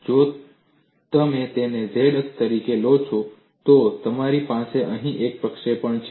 જો તમે તેને z અક્ષ તરીકે લો છો તો તમારી પાસે અહીં એક પ્રક્ષેપણ છે